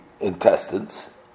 intestines